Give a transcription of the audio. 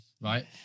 right